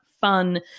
fun